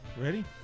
Ready